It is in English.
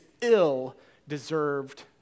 ill-deserved